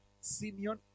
Simeon